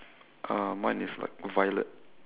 uh mine is like violet